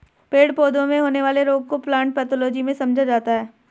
पेड़ पौधों में होने वाले रोगों को प्लांट पैथोलॉजी में समझा जाता है